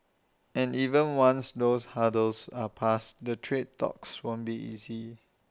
and even once those hurdles are passed the trade talks won't be easy